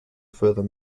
further